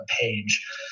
page